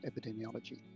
epidemiology